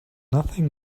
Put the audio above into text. nothing